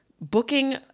booking